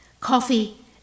Coffee